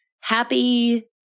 happy